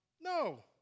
No